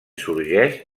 sorgeix